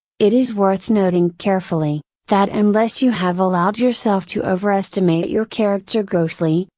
it is worth noting carefully, that unless you have allowed yourself to overestimate your character grossly,